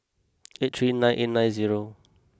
eight three nine eight nine zero